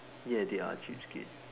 ya they are cheapskate